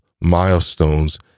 milestones